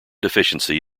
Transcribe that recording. deficiency